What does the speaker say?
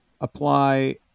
apply